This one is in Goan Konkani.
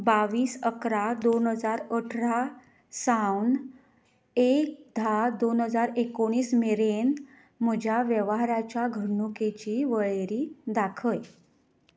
बावीस अकरा दोन हजार अठरा सावन एक धा दोन हजार एकोणीस मेरेन म्हज्या वेव्हाराच्या घडणुकेची वळेरी दाखय